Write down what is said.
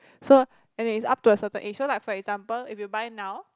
so anyways it's up to a certain age so like for example if you buy now